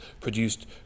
produced